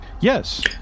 Yes